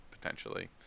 potentially